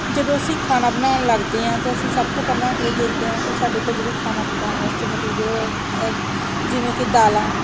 ਜਦੋਂ ਅਸੀਂ ਖਾਣਾ ਬਣਾਉਣ ਲੱਗਦੇ ਹਾਂ ਤਾਂ ਅਸੀਂ ਸਭ ਤੋਂ ਪਹਿਲਾਂ ਇਹ ਦੇਖਦੇ ਹਾਂ ਕਿ ਸਾਡੇ ਕੋਲ ਜਿਹੜੀ ਖਾਣਾ ਪਕਾਉਣ ਵਾਸਤੇ ਮਟੀਰੀਅਲ ਅ ਜਿਵੇਂ ਕਿ ਦਾਲਾਂ